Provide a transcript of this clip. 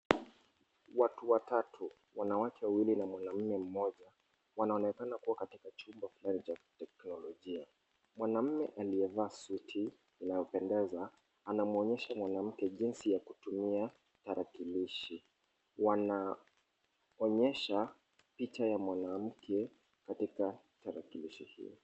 Watu watatu, wanawake wawili na mwanaume mmoja, wanaonekana kuwa katika chumba fulani cha kiteknolojia. Mwanaume aliyevaa suti inayopendeza, anamwonyesha mwanamke jinsi ya kutumia tarakilishi. Wanaonyesha picha ya mwanamke katika tarakilishi hiyo.